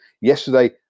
Yesterday